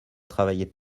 travailler